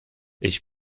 ich